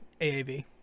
AAV